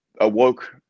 awoke